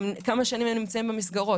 כמה שנים הם נמצאים במסגרות?